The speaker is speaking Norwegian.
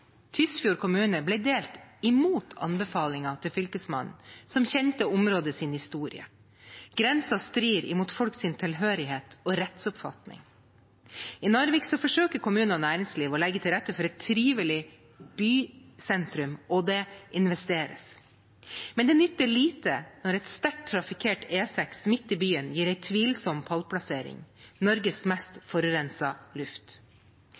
Tysfjord kommune ble delt, mot anbefalingen til Fylkesmannen, som kjente områdets historie. Grensen strir mot folks tilhørighet og rettsoppfatning. I Narvik forsøker kommunen og næringslivet å legge til rette for et trivelig bysentrum, og det investeres. Men det nytter lite når en sterk trafikkert E6 midt i byen gir en tvilsom pallplassering: Norges mest forurensede luft.